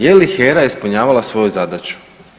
Je li HERA ispunjavala svoju zadaću?